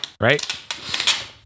right